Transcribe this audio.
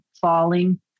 falling